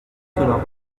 cela